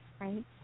Right